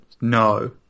No